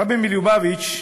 הרבי מלובביץ'